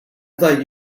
thought